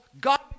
God